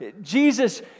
Jesus